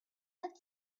had